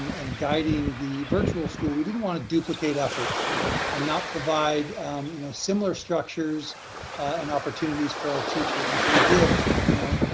and guiding the virtual school, we didn't wanna duplicate efforts and not provide you know similar structures and opportunities for our teachers. and so we did you know